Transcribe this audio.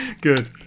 Good